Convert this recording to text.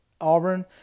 Auburn